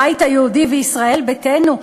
הבית היהודי וישראל ביתנו,